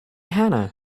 hannah